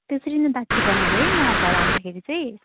त्यसरी नै दाछी बनाइदे है म घर आउँदाखरि चाहिँ